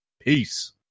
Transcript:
Peace